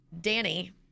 Danny